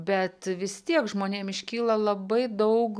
bet vis tiek žmonėm iškyla labai daug